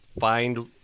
find